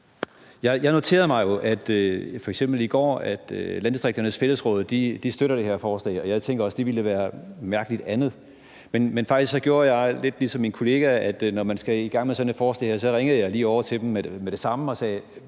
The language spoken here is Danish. Jeg noterede mig jo f.eks. i går, at Landdistrikternes Fællesråds støtter det her forslag, og jeg tænker også, at det ville være mærkeligt andet. Men faktisk gjorde jeg lidt ligesom min kollega – i forhold til når man skal i gang med sådan et forslag her – og så ringede jeg lige over til dem med det samme og sagde: